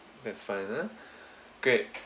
that's final great